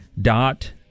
dot